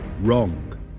Wrong